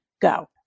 Go